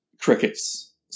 crickets